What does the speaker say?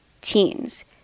teens